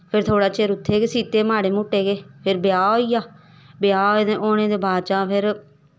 फिर थोह्ड़ा चिर उत्थें गै सीते माड़े मुट्टे फिर ब्याह् होई गेआ ब्याह् होने दे बाद च